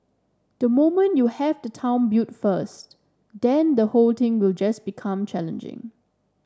the moment you have the town built first then the whole thing will just become challenging